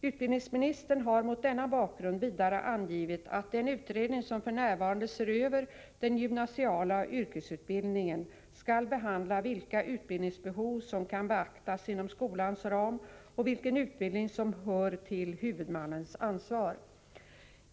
Utbildningsminis tern har mot denna bakgrund vidare angivit att den utredning som f.n. ser över den gymnasiala yrkesutbildningen skall behandla vilka utbildningsbehov som kan beaktas inom skolans ram och vilken utbildning som hör till huvudmannens ansvar.